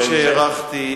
שהארכתי.